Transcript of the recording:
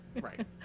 Right